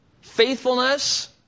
faithfulness